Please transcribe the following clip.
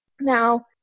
Now